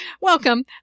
welcome